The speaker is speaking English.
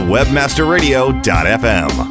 WebmasterRadio.fm